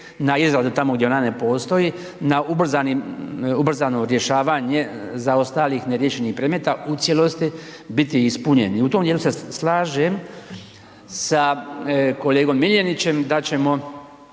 tamo gdje ona ne postoji, na ubrzano rješavanje za ostalih neriješenih zaostalih neriješenih predmeta u cijelosti biti ispunjeni, u tom djelu se slažem sa kolegom Miljenićem da je